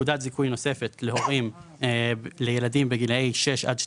נקודת זיכוי נוספת להורים לילדים בגילאי 6 עד 12,